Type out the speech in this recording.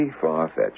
far-fetched